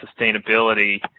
sustainability